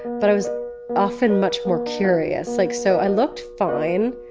but i was often much more curious. like so i looked fine,